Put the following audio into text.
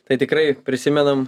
tai tikrai prisimenam